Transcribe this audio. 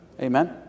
Amen